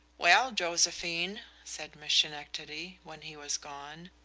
well, josephine, said miss schenectady, when he was gone,